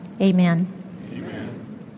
Amen